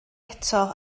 eto